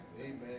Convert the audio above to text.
Amen